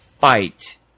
fight